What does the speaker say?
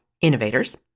innovators